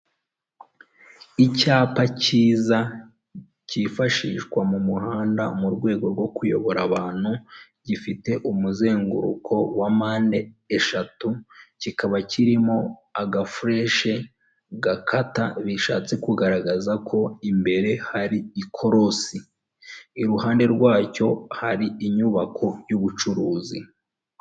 Icyapa cyiza cyifashishwa mu muhanda mu rwego rwo kuyobora abantu, gifite umuzenguruko wa mande eshatu, kikaba kirimo agafureshi gakata, bishatse kugaragaza ko imbere hari ikorosi, iruhande rwacyo hari inyubako y'ubucuruzi.